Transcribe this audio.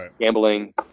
gambling